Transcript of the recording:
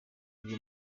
uyu